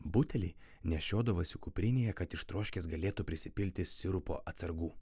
butelį nešiodavosi kuprinėje kad ištroškęs galėtų prisipilti sirupo atsargų